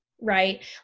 right